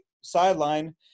sideline